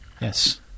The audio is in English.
Yes